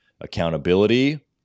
accountability